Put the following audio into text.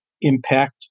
impact